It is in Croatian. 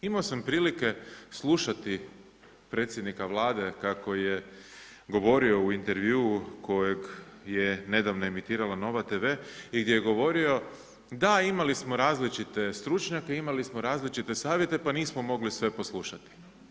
Imao sam prilike slušati predsjednika Vlade kako je govorio u intervjuu kojeg je nedavno emitirala Nova tv i gdje je govorio, da, imali smo različite stručnjake, imali smo različite savjete pa nismo mogli sve poslušati.